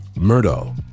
Murdo